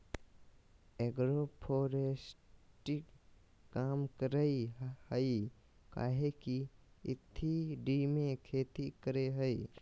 agroforestry काम करेय हइ काहे कि इ थ्री डी में खेती करेय हइ